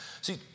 See